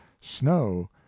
snow